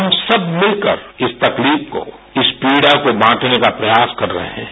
हम सब मिलकर इस तकलीफ को इस पीड़ा को बांटने का प्रयास कर रहे हैं